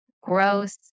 gross